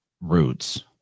roots